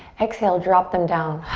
exhale, drop them down.